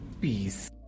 peace